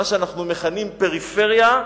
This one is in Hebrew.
מה שאנחנו מכנים "פריפריה",